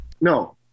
No